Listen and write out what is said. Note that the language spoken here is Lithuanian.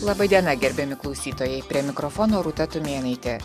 laba diena gerbiami klausytojai prie mikrofono rūta tumėnaitė